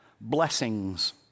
blessings